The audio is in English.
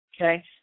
okay